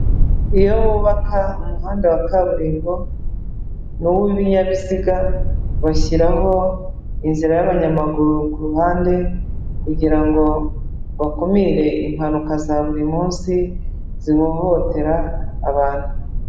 Iyo bubaka umuhanda wa kaburimbo n'uw'ibinyabiziga, bashyiraho inzira y'abanyamaguru ku ruhande kugira ngo bakumire impanuka za buri munsi zihohotera abantu.